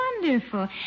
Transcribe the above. Wonderful